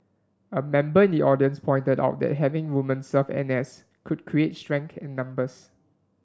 a member in the audience pointed out that having women serve N S could create strength in numbers